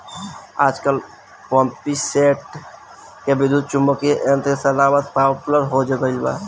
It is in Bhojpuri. आजकल पम्पींगसेट के विद्युत्चुम्बकत्व यंत्र से चलावल पॉपुलर हो गईल बा